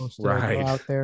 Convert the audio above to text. Right